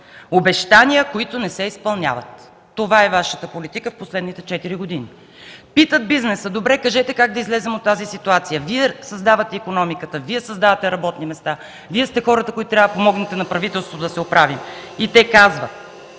обещания, които не се изпълняват.” Това е Вашата политика в последните четири години. Питат бизнеса: „Добре, кажете как да излезем от тази ситуация? Вие създавате икономиката, Вие създавате работни места, Вие сте хората, които трябва да помогнете на правителството да се оправи.” На